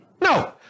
No